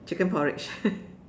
chicken porridge